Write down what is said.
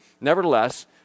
Nevertheless